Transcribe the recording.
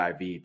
IV